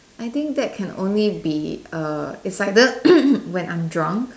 I think that can only be err is either when I'm drunk